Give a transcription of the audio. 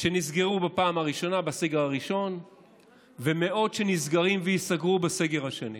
שנסגרו בפעם הראשונה בסגר הראשון ומאות שנסגרים וייסגרו בסגר השני.